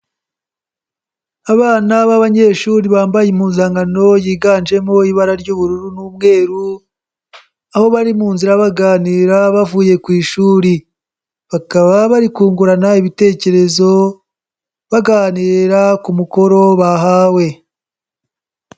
Abana b'abanyeshuri bambaye impuzankano yiganjemo ibara ry'ubururu n'umweru, aho bari mu nzira baganira bavuye ku ishuri. Bakaba bari kungurana ibitekerezo, baganira ku mukoro bahawe.